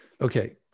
Okay